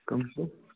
کٕم چھِو